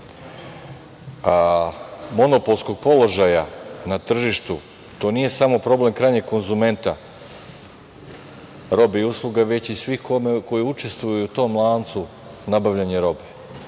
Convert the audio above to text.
monopolskog položaja na tržištu, to nije samo problem krajnjeg konzumenta robe i usluga, već i svih koji učestvuju u tom lancu nabavljanja robe,